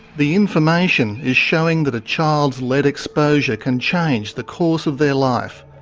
the information is showing that a child's lead exposure can change the course of their life.